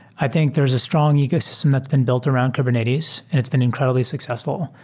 i think there's a strong ecosystem that's been built around kubernetes and it's been incred ibly successful.